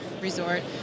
resort